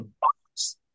box